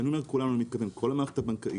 כשאני אומר כולנו אני מתכוון כל המערכת הבנקאית,